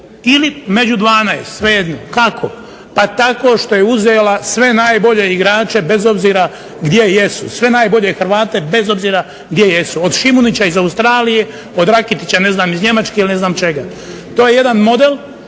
Ili među 12, svejedno. Kako? Pa tako što je uzela sve najbolje igrače bez obzira gdje jesu, sve najbolje Hrvate bez obzira gdje jesu, od Šimunića iz Australije, od Rakitića ne znam iz Njemačke ili ne znam čega. To je jedan model